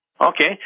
Okay